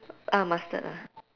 ah mustard ah